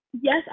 yes